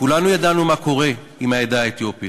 כולנו ידענו מה קורה עם העדה האתיופית.